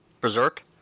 Berserk